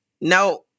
No